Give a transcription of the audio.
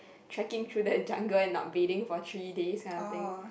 tracking through the jungle and not bleeding for three days kind of thing